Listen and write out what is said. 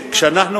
שכונת